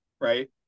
right